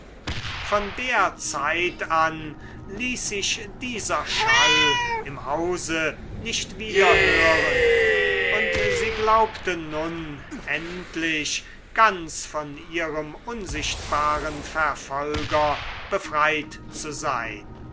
von der zeit an ließ sich dieser schall im hause nicht wieder hören und sie glaubte nun endlich ganz von ihrem unsichtbaren verfolger befreit zu sein